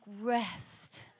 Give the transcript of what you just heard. rest